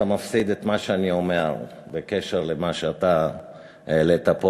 אתה מפסיד את מה שאני אומר בקשר למה שאתה העלית פה.